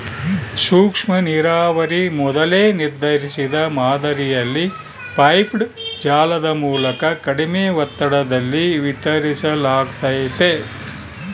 ಸೂಕ್ಷ್ಮನೀರಾವರಿ ಮೊದಲೇ ನಿರ್ಧರಿಸಿದ ಮಾದರಿಯಲ್ಲಿ ಪೈಪ್ಡ್ ಜಾಲದ ಮೂಲಕ ಕಡಿಮೆ ಒತ್ತಡದಲ್ಲಿ ವಿತರಿಸಲಾಗ್ತತೆ